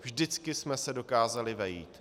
Vždycky jsme se dokázali vejít.